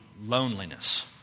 loneliness